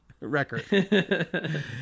record